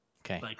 Okay